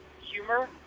humor